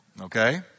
Okay